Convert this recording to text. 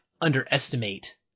underestimate